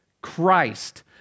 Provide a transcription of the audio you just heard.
Christ